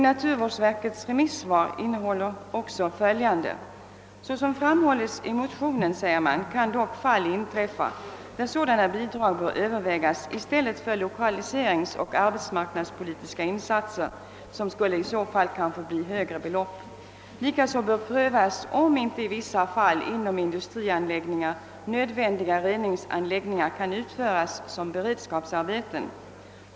Naturvårdsverkets remissvar innehåller också följande: »Såsom framhålles i motionerna kan dock fall inträffa där sådana bidrag bör övervägas i stället för lokaliseringseller arbetsmarknadspolitiska insatser till högre belopp. Likaså bör prövas om icke vissa inom industrianläggningar nödvändiga reningsanläggningar kan utföras som beredskapsarbeten.